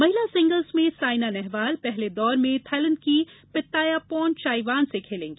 महिला सिंगल्स में साइना नेहवाल पहले दौर में थाइलैंड की पित्तायापोर्न चाइवान से खेलेंगी